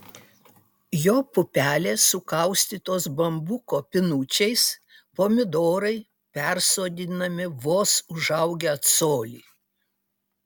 jo pupelės sukaustytos bambuko pinučiais pomidorai persodinami vos užaugę colį